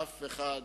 אף אחד